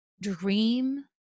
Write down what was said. dream